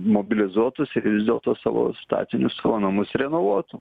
mobilizuotųsi ir vis dėlto savo statinius savo namus renovuotų